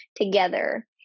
together